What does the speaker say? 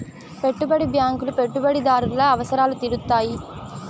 పెట్టుబడి బ్యాంకులు పెట్టుబడిదారుల అవసరాలు తీరుత్తాయి